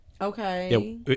Okay